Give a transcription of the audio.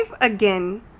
again